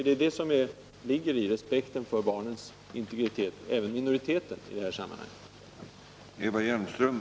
Det är det som ligger bakom respekten för barnens integritet — i detta sammanhang även minoritetens.